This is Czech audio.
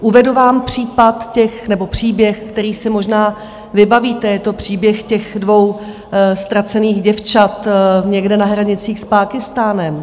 Uvedu vám případ nebo příběh, který si možná vybavíte je to příběh těch dvou ztracených děvčat někde na hranicích s Pákistánem.